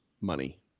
money